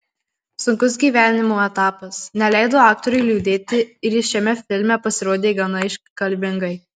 sunkus gyvenimo etapas neleido aktoriui liūdėti ir jis šiame filme pasirodė gana iškalbingai